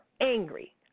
angry